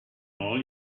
all